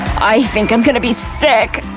i think i'm gonna be sick,